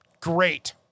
great